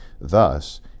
thus